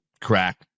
crack